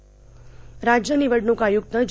आढावा राज्य निवडणूक आयुक्त ज